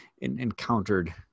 encountered